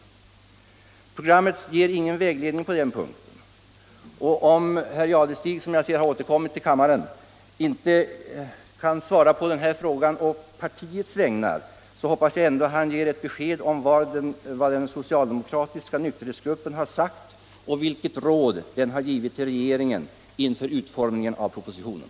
Ert partiprogram ger ingen vägledning på den punkten. Om herr Jadestig — som jag ser har återkommit till kammaren — inte kan svara på den frågan på partiets vägnar, hoppas jag ändå att han ger ett besked om vad den socialdemokratiska nykterhetsgruppen har sagt och vilket råd den har givit regeringen inför utformningen av propositionen.